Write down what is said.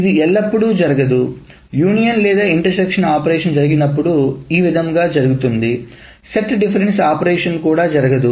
ఇది ఎల్లప్పుడూ జరగదు యూనియన్ లేదా ఇంటర్ సెక్షన్ ఆపరేషన్ జరిగినప్పుడు ఈ విధంగా జరుగుతుంది సెట్ డిఫరెన్స్ ఆపరేషన్ కు జరగదు